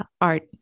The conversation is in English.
art